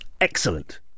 Excellent